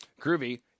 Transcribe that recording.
Groovy